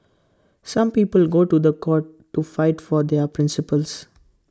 some people go to The Court to fight for their principles